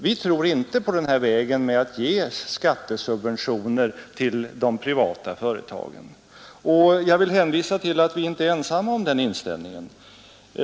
Vi tror inte på vägen med skattesubventioner till de privata företagen. Jag vill hänvisa till att vi inte är ensamma om den inställningen.